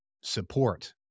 support